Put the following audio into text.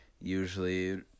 usually